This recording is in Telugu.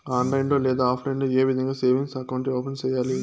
ఆన్లైన్ లో లేదా ఆప్లైన్ లో ఏ విధంగా సేవింగ్ అకౌంట్ ఓపెన్ సేయాలి